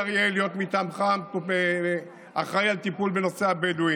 אריאל להיות אחראי מטעמך לטיפול בנושא הבדואים,